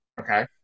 Okay